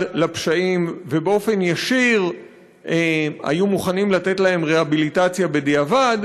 לפשעים ובאופן ישיר היו מוכנים לתת להם רהביליטציה בדיעבד,